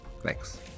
Thanks